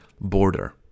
border